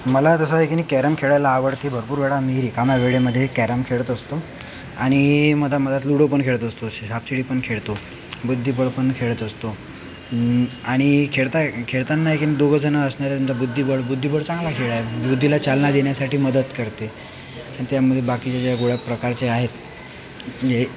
मला तसं आहे की नाही कॅरम खेळायला आवडते भरपूर वेळा मी रिकाम्या वेळेमध्ये कॅरम खेळत असतो आणि मधामधात लुडो पण खेळत असतो असे सापशिडी पण खेळतो बुद्धिबळ पण खेळत असतो आणि खेळता खेळताना आहे की नाही दोघंजणं असणाऱ्या बुद्धिबळ बुद्धिबळ चांगला खेळ आहे बुद्धीला चालना देण्यासाठी मदत करते आणि त्यामध्ये बाकीच्या ज्या गोळ्या प्रकारच्या आहेत म्हणजे